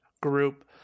group